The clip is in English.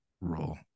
role